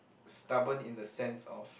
stubborn in the sense of